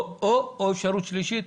או אפשרות שלישית,